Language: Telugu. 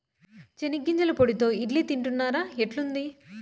చెనిగ్గింజల పొడితో ఇడ్లీ తింటున్నారా, ఎట్లుంది